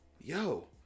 Yo